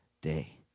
day